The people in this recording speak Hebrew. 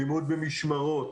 לימוד במשמרות,